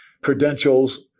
credentials